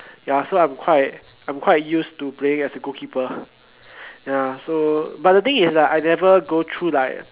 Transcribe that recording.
ya so I'm quite I'm quite used to playing as a goalkeeper ya so but the thing is like I never go through like